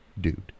dude